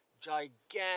gigantic